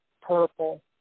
purple